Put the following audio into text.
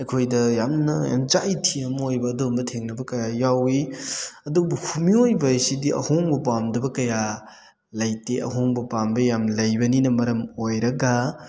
ꯑꯩꯈꯣꯏꯗ ꯌꯥꯝꯅ ꯑꯦꯟꯖꯥꯏꯇꯤ ꯑꯃ ꯑꯣꯏꯕ ꯑꯗꯨꯒꯨꯝꯕ ꯊꯦꯡꯅꯕ ꯀꯌꯥ ꯌꯥꯎꯋꯤ ꯑꯗꯨꯕꯨ ꯃꯤꯑꯣꯏꯕ ꯍꯥꯏꯁꯤꯗꯤ ꯑꯍꯣꯡꯕ ꯄꯥꯝꯗꯕ ꯀꯌꯥ ꯂꯩꯇꯦ ꯑꯍꯣꯡꯕ ꯄꯥꯝꯕ ꯌꯥꯝ ꯂꯩꯕꯅꯤꯅ ꯃꯔꯝ ꯑꯣꯏꯔꯒ